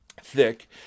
thick